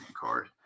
card